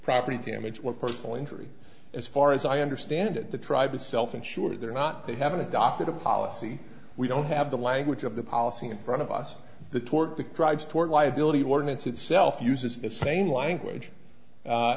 property damage what personal injury as far as i understand it the tribe is self insured they're not they haven't adopted a policy we don't have the language of the policy in front of us the tort that drives tort liability ordinance itself uses the same language